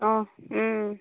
অঁ